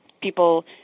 people